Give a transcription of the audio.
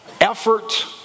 effort